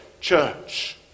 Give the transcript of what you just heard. church